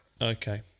okay